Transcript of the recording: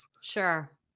Sure